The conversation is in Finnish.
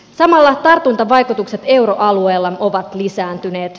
samalla tartuntavaikutukset euroalueella ovat lisääntyneet